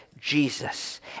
Jesus